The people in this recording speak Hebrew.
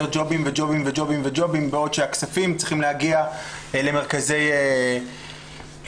ג'ובים וג'ובים בעוד שהכספים צריכים להגיע למרכזים שלכן.